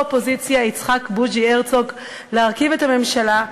האופוזיציה יצחק בוז'י הרצוג להרכיב את הממשלה,